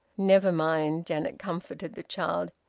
never mind! janet comforted the child.